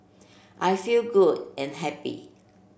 I feel good and happy